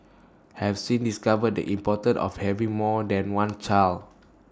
have since discovered the importance of having more than one child